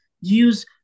Use